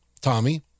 Tommy